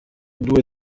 due